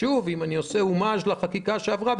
אם אני עודה הומאז' לחקיקה שעברה,